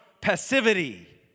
passivity